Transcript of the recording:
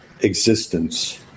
existence